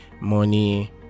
money